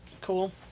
Cool